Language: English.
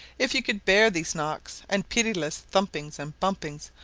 if you could bear these knocks, and pitiless thumpings and bumpings,